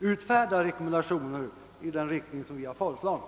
utfärda rekommendationer i den riktning vi föreslagit.